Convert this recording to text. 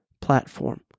platform